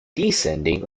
descending